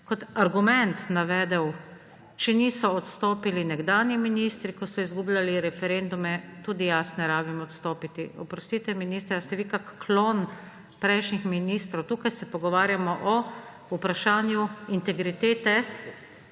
kot argument navedli, če niso odstopili nekdanji ministri, ko so izgubljali referendume, tudi meni ni treba odstopiti. Oprostite, minister, ali ste vi kak klon prejšnjih ministrov?! Tukaj se pogovarjamo o vprašanju integritete,